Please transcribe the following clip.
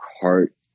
cart